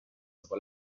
dopo